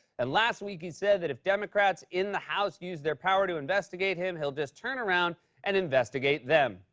and last week he said that if democrats in the house use their power to investigate him, he'll just turn around and investigate them.